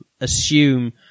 assume